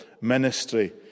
ministry